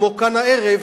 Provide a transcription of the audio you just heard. כמו כאן הערב,